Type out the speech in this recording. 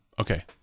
Okay